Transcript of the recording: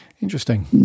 interesting